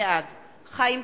(קוראת בשמות